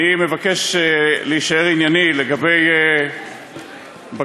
אני מבקש להישאר ענייני לגבי בקשתנו,